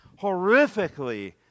horrifically